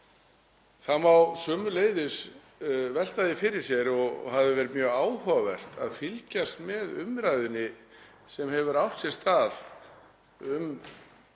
Það má sömuleiðis velta því fyrir sér og hefur verið mjög áhugavert að fylgjast með umræðunni sem hefur átt sér stað um